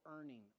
earning